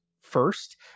first